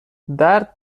درد